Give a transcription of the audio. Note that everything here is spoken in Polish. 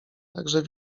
także